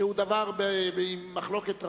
שהוא ודאי דבר במחלוקת רבה.